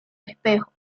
espejo